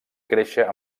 créixer